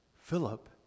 Philip